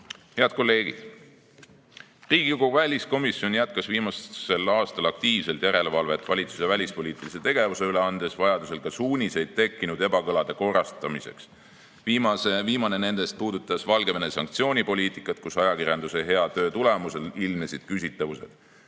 kolleegid! Riigikogu väliskomisjon jätkas viimasel aastal aktiivselt järelevalvet valitsuse välispoliitilise tegevuse üle, andes vajadusel ka suuniseid tekkinud ebakõlade korrastamiseks. Viimane nendest puudutas Valgevene-vastaste sanktsioonide poliitikat, kus ajakirjanduse hea töö tulemusel ilmnesid küsitavused. Samuti